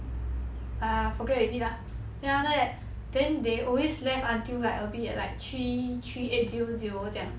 I forgot already lah then after that then they always left until like a bit like three three eight zero 这样